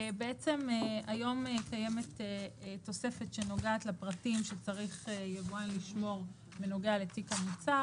היום קיימת תוספת שנוגעת לפרטים שצריך יבואן לשמור בנוגע לתיק המוצר.